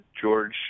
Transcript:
George